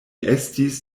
estis